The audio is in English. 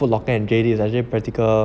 Foot Locker and J_D is actually a practical